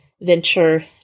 venture